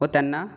व त्यांना